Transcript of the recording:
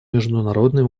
международный